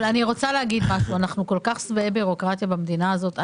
אנחנו כל כך שבעי בירוקרטיה במדינה הזאת.